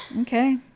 Okay